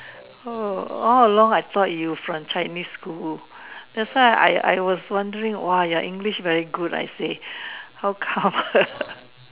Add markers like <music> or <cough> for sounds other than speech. oh all along I thought you from Chinese school that's why I I was wondering !wah! your English very good I say how come <laughs>